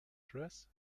dress